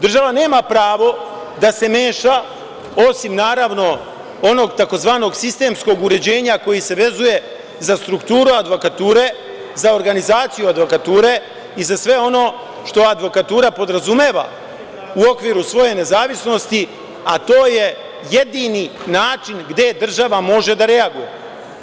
Država nema pravo da se meša, osim naravno onog tzv. sistemskog uređenja koji se vezuje za strukturu advokature, za organizaciju advokature i za sve ono što advokatura podrazumeva u okviru svoje nezavisnosti, a to je jedini način gde država može da reaguje.